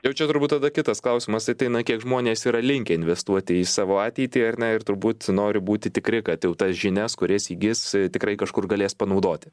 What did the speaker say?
jau čia turbūt tada kitas klausimas ateina kiek žmonės yra linkę investuoti į savo ateitį ar ne ir turbūt nori būti tikri kad jau tas žinias kurias įgis tikrai kažkur galės panaudoti